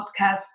podcast